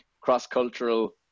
cross-cultural